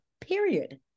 Period